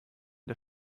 der